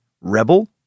rebel